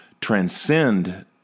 transcend